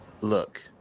look